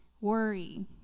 worry